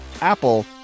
Apple